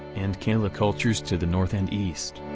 and cahuilla cultures to the north and east.